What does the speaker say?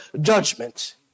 judgment